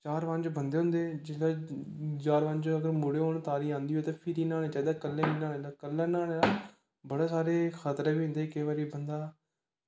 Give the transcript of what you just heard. चार पंज बंदे होंदे जिसलै चार पंज अगर मुड़े होन तारी औंदी होऐ ते फिर न्हाना चाहिदा कल्ले नी न्हाना कल्ला न्हाने दा बड़े सारे खतरे बी होंदे केईं बारी बंदा